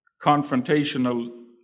confrontational